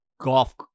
golf